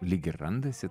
lyg ir randasi